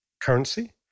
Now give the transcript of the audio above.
currency